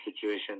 situation